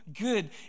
good